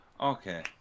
Okay